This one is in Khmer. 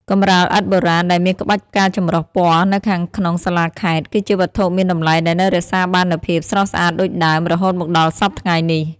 កម្រាលឥដ្ឋបុរាណដែលមានក្បាច់ផ្កាចម្រុះពណ៌នៅខាងក្នុងសាលាខេត្ត គឺជាវត្ថុមានតម្លៃដែលនៅរក្សាបាននូវភាពស្រស់ស្អាតដូចដើម រហូតមកដល់សព្វថ្ងៃនេះ។